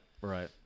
right